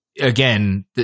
Again